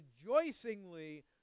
rejoicingly